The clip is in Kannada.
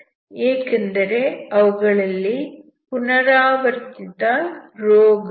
ಏಕೆಂದರೆ ಅವುಗಳಲ್ಲಿ ಪುನರಾವರ್ತಿತ ರೋ ಗಳಿವೆ